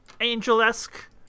angel-esque